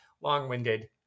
long-winded